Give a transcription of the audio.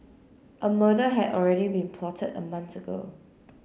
a murder had already been plotted a month ago